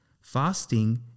fasting